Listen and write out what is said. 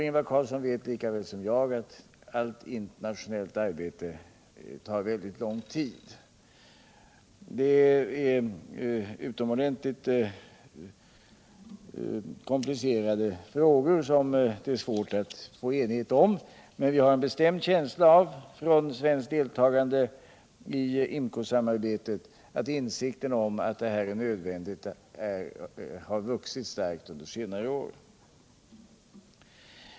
Ingvar Carlsson vet lika väl som jag att allt internationellt arbete tar raycket lång tid. Det gäller utomordentligt komplicerade frågor, som det är svårt att nå enighet om. Men vi har, med erfarenhet från svenskt deltagande i IMCO-samarbetet, en bestämd känsla av att insikten om att detta är nödvändigt har vuxit starkt under senare år.